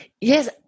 Yes